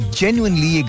genuinely